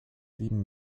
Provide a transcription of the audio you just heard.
blieben